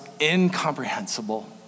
incomprehensible